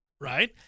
right